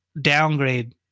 downgrade